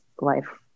life